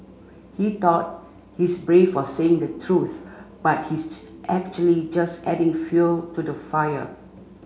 he thought his brave for saying the truth but his actually just adding fuel to the fire